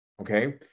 Okay